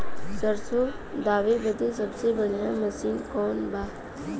सरसों दावे बदे सबसे बढ़ियां मसिन कवन बा?